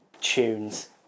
Tunes